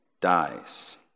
dies